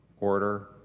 Order